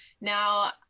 Now